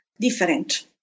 different